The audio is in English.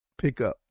pickup